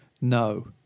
No